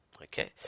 Okay